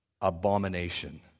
Abomination